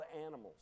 animals